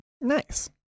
Nice